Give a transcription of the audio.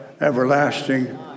everlasting